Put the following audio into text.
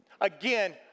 Again